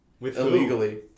illegally